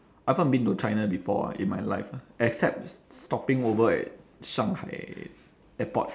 I've not been to china before ah in my life lah except stopping over at shanghai airport